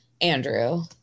Andrew